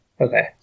Okay